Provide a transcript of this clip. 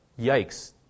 Yikes